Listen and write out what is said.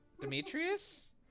Demetrius